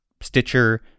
Stitcher